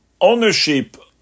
ownership